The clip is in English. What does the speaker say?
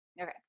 Okay